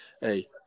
hey